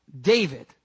David